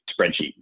spreadsheet